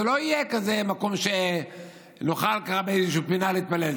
זה לא יהיה כזה מקום שנוכל ככה באיזו פינה להתפלל,